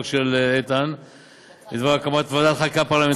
של איתן בדבר הקמת ועדת חקירה פרלמנטרית.